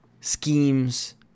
schemes